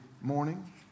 morning